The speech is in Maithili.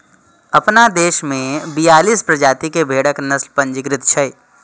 अपना देश मे बियालीस प्रजाति के भेड़क नस्ल पंजीकृत छै